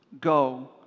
Go